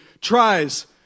tries